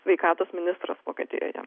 sveikatos ministras vokietijoje